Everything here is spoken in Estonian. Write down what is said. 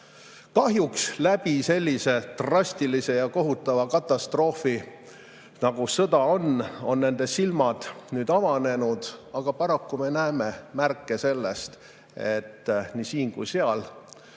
Kahjuks läbi sellise drastilise ja kohutava katastroofi, nagu sõda on, on nende silmad nüüd avanenud. Paraku me näeme juba märke sellest, et nii siin kui seal